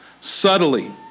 subtly